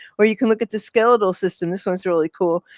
or you can look at the skeletal system. this one's really cool.